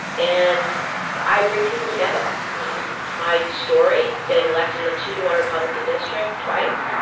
and i bring people together my story getting elected in a two two one republican district twice,